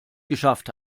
geschafft